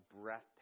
breath